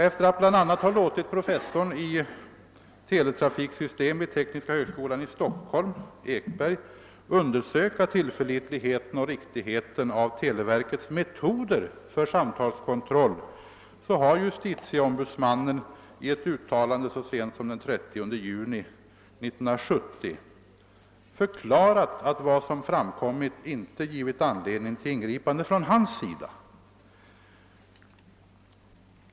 Efter att bl.a. ha låtit professorn i teletrafiksystem vid Tekniska högskolan i Stockholm, Ekberg, undersöka tillförlitligheten och riktigheten av televerkets metoder för samtalskontroll har JO i ett uttalande så sent som den 30 juni 1970 förklarat alt vad som framkommit inte gett anledning till ingripande från hans sida.